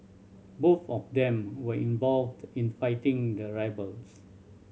both of them were involved in fighting the rebels